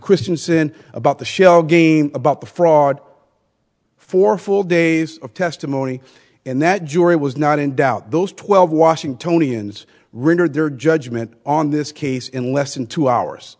christensen about the shell game about the fraud four full days of testimony in that jury was not in doubt those twelve washingtonians rendered their judgment on this case in less than two hours